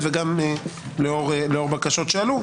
לא רואה סיבה לגעת בזה.